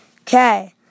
Okay